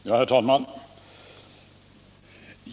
Herr talman!